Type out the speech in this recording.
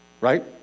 Right